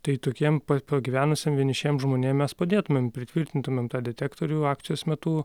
tai tokiem pa pagyvenusiem vienišiem žmonėm mes padėtumėm pritvirtintumėm tą detektorių akcijos metu